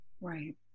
Right